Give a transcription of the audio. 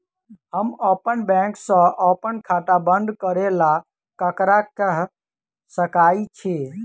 हम अप्पन बैंक सऽ अप्पन खाता बंद करै ला ककरा केह सकाई छी?